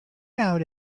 out